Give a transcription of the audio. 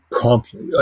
Promptly